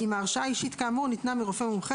אם ההרשאה האישית כאמור ניתנה מרופא מומחה